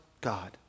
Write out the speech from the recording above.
God